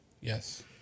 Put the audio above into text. yes